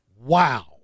Wow